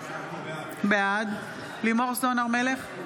בעד לימור סון הר מלך,